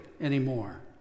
anymore